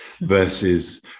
versus